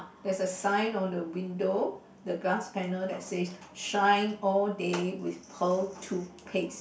there's a sign on the window the glass panel that says shine all day with pearl toothpaste